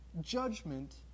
Judgment